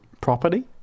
property